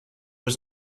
was